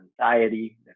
anxiety